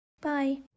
Bye